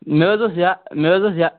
مےٚ حظ ٲس یا مےٚ حظ ٲس یا